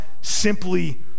simply